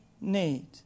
need